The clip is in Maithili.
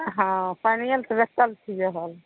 हँ पानिए ले तऽ बैसल छियै हॉलमे